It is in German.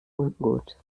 ungut